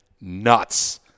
nuts